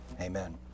amen